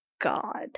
God